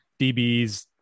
DBs